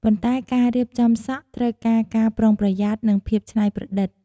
ប៉ុន្តែការរៀបចំសក់ត្រូវការការប្រុងប្រយ័ត្ននិងភាពច្នៃប្រឌិត។